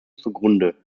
zugrunde